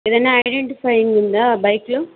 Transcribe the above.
ఏదన్న ఐడెంటిఫయింగ్ ఉందా బైక్లో